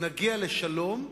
נגיע לשלום,